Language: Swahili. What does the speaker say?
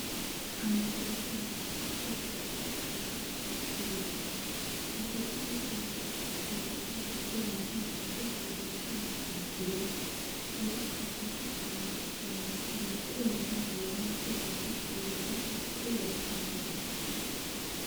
Mama amapeleka mtoto wake katika hospitali hili apewe chanjo alfu pale kuna daktari akiwa anampea chonjo mtoto kupitia mkono na mguu yake , alfu kando yake kuna watu pia wanapanga laini wakiwa wamekuja hili waweze kupewa chonjo watoto wao.